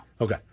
Okay